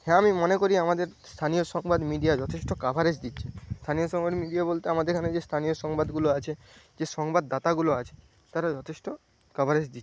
হ্যাঁ আমি মনে করি আমাদের স্থানীয় সংবাদ মিডিয়া যথেষ্ট কাভারেজ দিচ্ছে স্থানীয় সংবাদ মিডিয়া বলতে আমাদের এখানে যে স্থানীয় সংবাদগুলো আছে যে সংবাদদাতাগুলো আছে তারা যথেষ্ট কাভারেজ দিচ্ছে